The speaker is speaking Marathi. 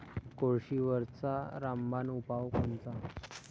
कोळशीवरचा रामबान उपाव कोनचा?